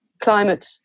climate